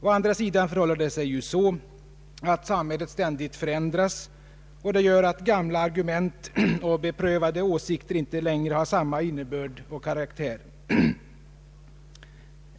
Å andra sidan förändras samhället ständigt, vilket gör att gamla argument och beprövade åsikter inte längre har samma innebörd och karaktär.